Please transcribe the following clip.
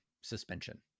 suspension